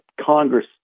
Congress